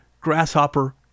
grasshopper